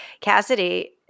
Cassidy